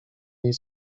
jej